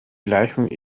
gleichung